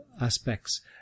aspects